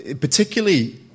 particularly